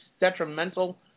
detrimental